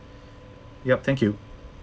yup thank you